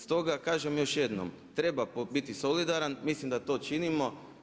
Stoga kažem još jednom, treba biti solidaran, mislim da to činimo.